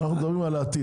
אנחנו מדברים על העתיד.